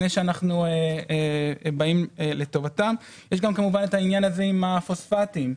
יש את העניין הזה עם הפוספטים.